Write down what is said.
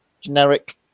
generic